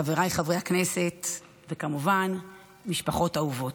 חבריי חברי הכנסת וכמובן משפחות אהובות,